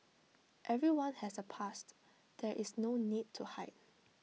everyone has A past there is no need to hide